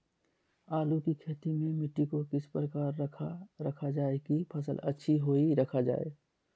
आलू की खेती में मिट्टी को किस प्रकार रखा रखा जाए की फसल अच्छी होई रखा जाए?